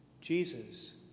Jesus